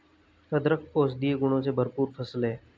अदरक औषधीय गुणों से भरपूर फसल है